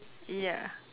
ya